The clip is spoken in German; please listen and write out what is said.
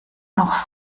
noch